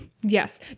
yes